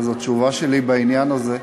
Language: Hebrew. אז התשובה שלי בעניין הזה,